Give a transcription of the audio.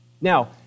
Now